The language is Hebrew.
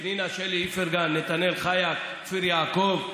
פנינה, שלי איפרגן, נתנאל חייט, כפיר יעקב.